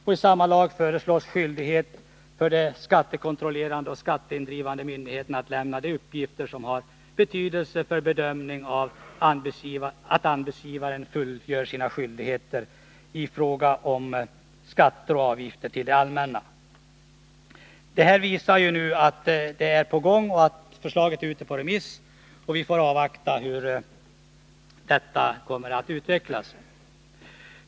I samma lag föreslås skyldighet för de skattekontrollerande och skatteindrivande myndigheterna att lämna de uppgifter som har betydelse för bedömning av om anbudsgivaren fullgör sina skyldigheter i fråga om skatter och avgifter till det allmänna.” Detta visar att något är på gång. Förslaget är ute på remiss, och vi får avvakta hur detta utvecklar sig.